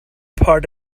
part